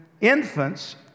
infants